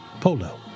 polo